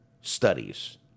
studies